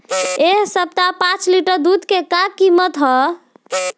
एह सप्ताह पाँच लीटर दुध के का किमत ह?